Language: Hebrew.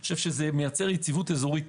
אני חושב שזה מייצר יציבות אזורית.